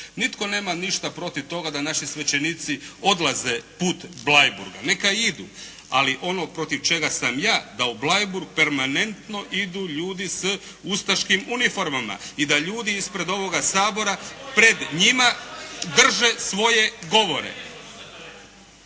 Nitko nema ništa protiv toga da naši svećenici odlaze put Bleiburga, neka idu. Ali ono protiv čega sam ja, da u Bleiburg permanentno idu ljudi s ustaškim uniformama i da ljudi ispred ovoga Sabora pred njima drže svoje govore.